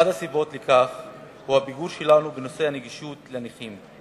אחת הסיבות לכך היא הפיגור שלנו בנושא הנגישות לנכים.